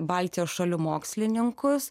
baltijos šalių mokslininkus